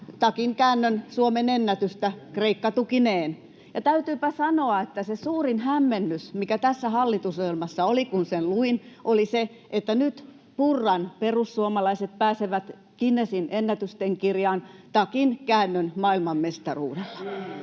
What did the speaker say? takinkäännön suomenennätystä Kreikka-tukineen. Ja täytyypä sanoa, että se suurin hämmennys, mikä tässä hallitusohjelmassa oli, kun sen luin, oli se, että nyt Purran perussuomalaiset pääsevät Guinnessin Ennätystenkirjaan takinkäännön maailmanmestaruudella.